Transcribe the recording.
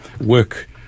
work